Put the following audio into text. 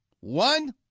One